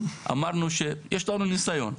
אמרנו שיש לנו ניסיון,